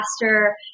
faster